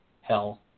hell